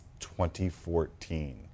2014